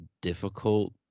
difficult